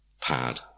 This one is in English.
pad